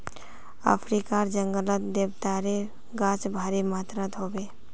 अफ्रीकार जंगलत देवदारेर गाछ भारी मात्रात ह बे